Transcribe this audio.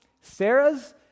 Sarah's